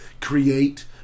create